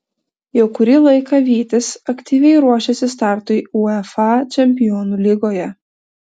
jau kurį laiką vytis aktyviai ruošiasi startui uefa čempionų lygoje